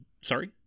Sorry